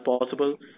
possible